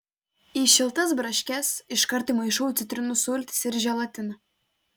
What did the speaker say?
į šiltas braškes iškart įmaišau citrinų sultis ir želatiną